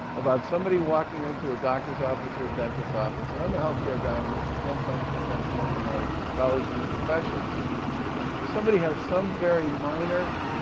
about somebody walking into a doctor's office or a dentist's office and i'm a healthcare guy, and this is no offense offense meant to my colleagues in the professions where somebody has some very minor